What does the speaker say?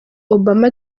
obama